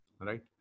Right